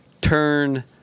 turn